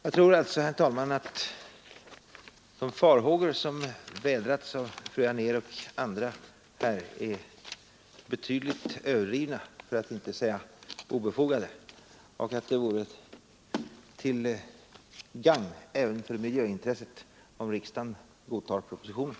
Jag tror att de farhågor som vädrats av fru Anér och andra är betydligt överdrivna, att inte säga obefogade, och att det vore till gagn även för miljöintresset om riksdagen godtog propositionen.